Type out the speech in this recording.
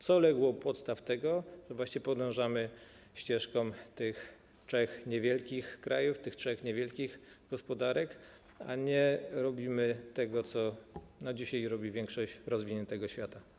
Co legło u podstaw tego, że podążamy ścieżką tych trzech niewielkich krajów, tych trzech niewielkich gospodarek, a nie robimy tego, co robi dzisiaj większość rozwiniętego świata?